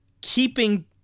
keeping